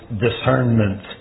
discernment